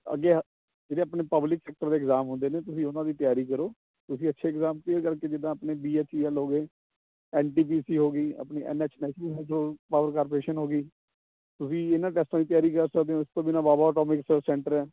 ਅੱਗੇ ਆ ਜਿਹੜੇ ਆਪਣੇ ਪਬਲਿਕ ਸੈਕਟਰ ਦੇ ਇਗਜ਼ਾਮ ਹੁੰਦੇ ਨੇ ਤੁਸੀਂ ਉਹਨਾਂ ਦੀ ਤਿਆਰੀ ਕਰੋ ਤੁਸੀਂ ਅੱਛੇ ਇਗਜ਼ਾਮ ਕਲੀਅਰ ਕਰਕੇ ਜਿੱਦਾਂ ਆਪਣੇ ਬੀ ਐੱਚ ਈ ਐੱਲ ਹੋ ਗਈ ਐੱਨ ਟੀ ਪੀ ਸੀ ਹੋ ਗਈ ਆਪਣੀ N H national hydro power corporation ਹੋ ਗਈ ਤੁਸੀਂ ਇਹਨਾਂ ਟੈਸਟਾਂ ਦੀ ਤਿਆਰੀ ਕਰ ਸਕਦੇ ਹੋ ਉਸ ਤੋਂ ਬਿਨਾਂ ਵਾਵਾ ਟੋਪਿਕ ਸ ਸੈਂਟਰ ਹੈ